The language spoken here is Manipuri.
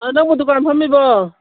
ꯑꯥ ꯅꯪꯕꯨ ꯗꯨꯀꯥꯟ ꯐꯝꯃꯤꯕꯣ